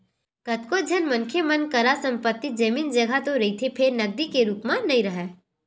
कतको झन मनखे मन करा संपत्ति, जमीन, जघा तो रहिथे फेर नगदी के रुप म नइ राहय